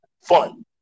fun